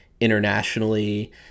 internationally